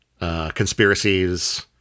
conspiracies